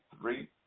three